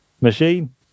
machine